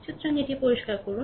সুতরাং এটি পরিষ্কার করুন